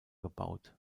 gebaut